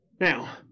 Now